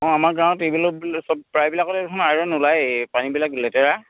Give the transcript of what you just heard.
অ' আমাৰ গাঁৱত প্ৰায়বিলাকতে দেখোন আইৰণ ওলাইয়ে পানীবিলাক লেতেৰা